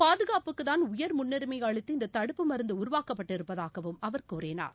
பாதுகாப்புக்குத்தான் உயர் முன்னுரிமைஅளித்து இந்ததடுப்பு மருந்துஉருவாக்கப்பட்டிருப்பதாகவும் அவர் கூறினார்